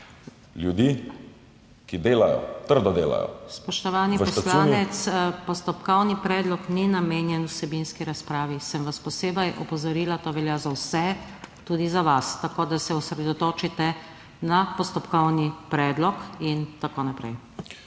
NATAŠA SUKIČ:** Spoštovani poslanec, postopkovni predlog ni namenjen vsebinski razpravi, sem vas posebej opozorila. To velja za vse, tudi za vas, tako da se osredotočite na postopkovni predlog in tako naprej.